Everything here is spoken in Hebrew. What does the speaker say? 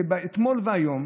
שאתמול והיום